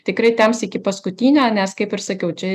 tikrai temps iki paskutinio nes kaip ir sakiau čia